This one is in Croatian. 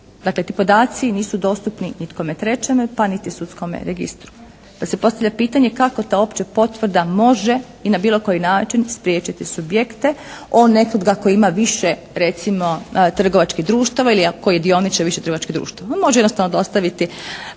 Dakle, ti podaci nisu dostupni nikome trećeme, pa niti sudskome registru. Pa se postavlja pitanje kako ta uopće potvrda može i na bilo koji način spriječiti subjekte o …/Govornica se ne razumije./… ako ima više recimo trgovačkih društava ili …/Govornica se ne razumije./… više trgovačkih društava. Može jednostavno dostaviti